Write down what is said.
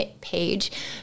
page